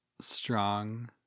strong